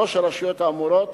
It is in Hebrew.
שלוש הרשויות האמורות